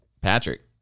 Patrick